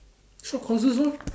short courses lor